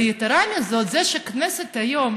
יתרה מזו, זה שהכנסת היום